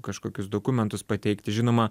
kažkokius dokumentus pateikti žinoma